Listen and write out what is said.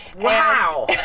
Wow